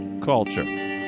culture